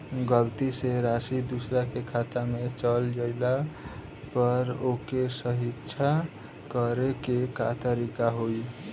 गलती से राशि दूसर के खाता में चल जइला पर ओके सहीक्ष करे के का तरीका होई?